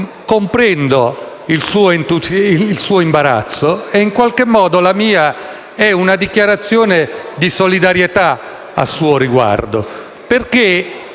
Comprendo il suo imbarazzo e, in qualche modo, la mia è una dichiarazione di solidarietà a suo riguardo.